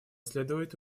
следует